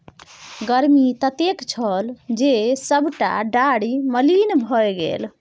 गर्मी ततेक छल जे सभटा डारि मलिन भए गेलै